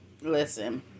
listen